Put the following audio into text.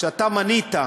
שאתה מינית,